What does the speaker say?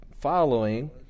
following